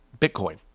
Bitcoin